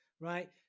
right